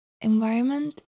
environment